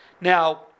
Now